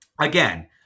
Again